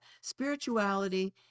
spirituality